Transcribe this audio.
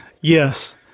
Yes